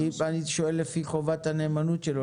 אני שואל לפי חובת הנאמנות שלו.